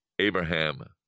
Abraham